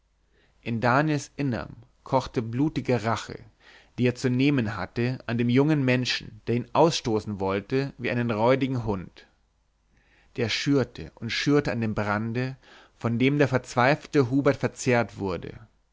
in daniels innerm kochte blutige rache die er zu nehmen hatte an dem jungen menschen der ihn ausstoßen wollen wie einen räudigen hund der schürte und schürte an dem brande von dem der verzweifelnde hubert verzehrt wurde